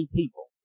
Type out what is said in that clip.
people